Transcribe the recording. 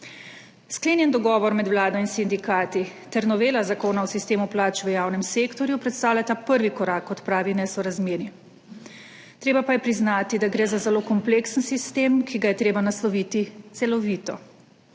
Sklenjen dogovor med vlado in sindikati ter novela Zakona o sistemu plač v javnem sektorju predstavljata prvi korak k odpravi nesorazmerij. Treba pa je priznati, da gre za zelo kompleksen sistem, ki ga je treba nasloviti celovito.